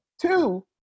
two